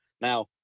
Now